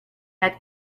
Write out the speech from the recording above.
had